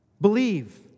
Believe